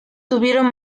tuvieron